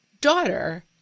Daughter